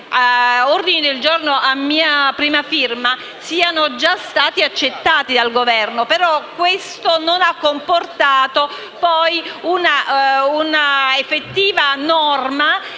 ordini del giorno a mia prima firma siano già stati accolti dal Governo, ma questo non ha comportato un'effettiva norma